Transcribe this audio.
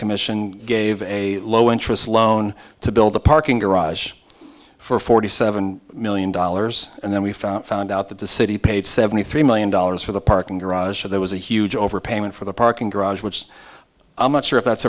commission gave a low interest loan to build a parking garage for forty seven million dollars and then we found out that the city paid seventy three million dollars for the parking garage where there was a huge overpayment for the parking garage which i'm not sure if that's